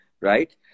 Right